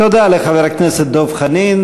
תודה לחבר הכנסת דב חנין.